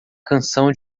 canção